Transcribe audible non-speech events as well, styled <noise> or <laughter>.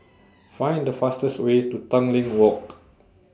Find The fastest Way to <noise> Tanglin Walk